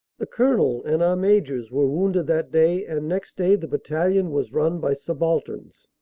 the colonel and our majors were vounded that day and next day the battalion was run by subalterns.